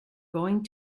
going